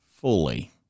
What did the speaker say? fully